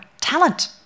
talent